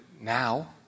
now